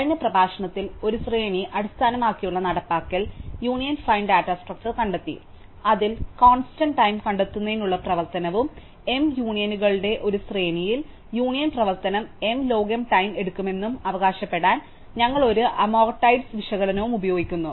കഴിഞ്ഞ പ്രഭാഷണത്തിൽ ഒരു ശ്രേണി അടിസ്ഥാനമാക്കിയുള്ള നടപ്പാക്കൽ യൂണിയൻ ഫൈൻഡ് ഡാറ്റാ സ്ട്രക്ച്ചർ കണ്ടെത്തി അതിൽ കോൺസ്റ്റന്റ് ടൈം കണ്ടെത്തുന്നതിനുള്ള പ്രവർത്തനവും m യൂണിയനുകളുടെ ഒരു ശ്രേണിയിൽ യൂണിയൻ പ്രവർത്തനം m ലോഗ് m ടൈം എടുക്കുമെന്ന് അവകാശപ്പെടാൻ ഞങ്ങൾ ഒരു അമോർട്ടൈസ്ഡ് വിശകലനവും ഉപയോഗിക്കുന്നു